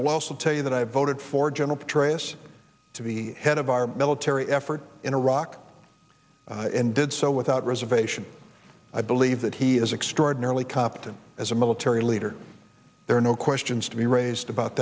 will also tell you that i voted for general petraeus to be head of our military effort in iraq and did so without reservation i believe that he is extraordinarily compton as a military leader there are no questions to be raised about